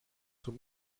zur